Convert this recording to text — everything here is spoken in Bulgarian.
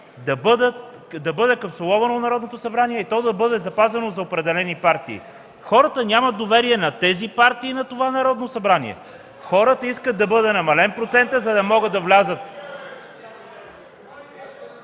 да бъде капсуловано Народното събрание и то да бъде запазено за определени партии. Хората нямат доверие на тези партии и на това Народно събрание! (Реплики от КБ и ДПС.) Хората искат да бъде намален процентът, за да могат да влязат...